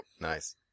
Nice